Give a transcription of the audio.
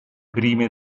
prime